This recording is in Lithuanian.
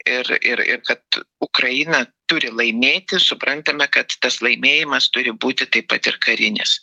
ir ir ir kad ukraina turi laimėti suprantame kad tas laimėjimas turi būti taip pat ir karinis